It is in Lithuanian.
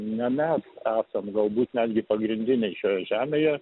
ne mes esam galbūt netgi pagrindiniai šioj žemėje